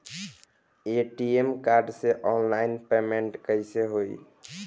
ATM card से online payment कैसे होई?